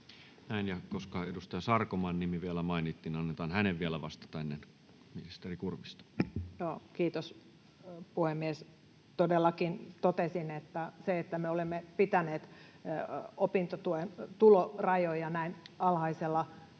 Näin. — Ja koska edustaja Sarkomaan nimi mainittiin, annetaan hänen vielä vastata ennen ministeri Kurvista. Kiitos, puhemies! Todellakin totesin, että se, että me olemme pitäneet opintotuen tulorajoja näin alhaisella tasolla,